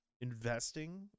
investing